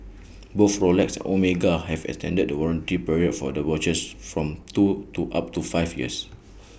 both Rolex Omega have extended the warranty period for their watches from two to up to five years